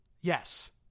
Yes